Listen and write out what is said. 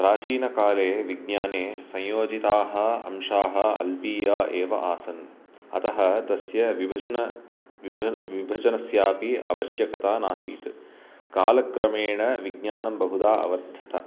प्राचीनकाले विज्ञाने संयोजिताः अंशाः अल्पिया एव आसन् अतः तस्य विभजन विभजनस्यापि आवश्यकता नासीत् कालक्रमेण विज्ञानं बहुदा अवर्धत